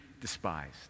despised